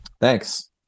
Thanks